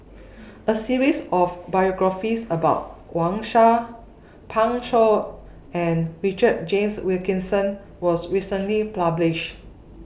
A series of biographies about Wang Sha Pan Shou and Richard James Wilkinson was recently published